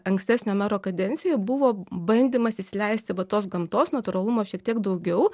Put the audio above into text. ankstesnio mero kadencijoje buvo bandymas įsileisti va tos gamtos natūralumo šiek tiek daugiau